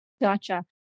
Gotcha